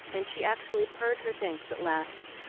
and she actually purred her thanks at last,